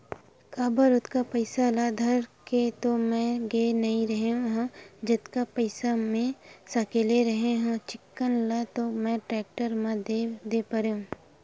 काबर ओतका पइसा धर के तो मैय गे नइ रेहे हव जतका पइसा मै सकले रेहे हव चिक्कन ल तो मैय टेक्टर म दे परेंव